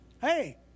Hey